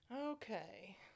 Okay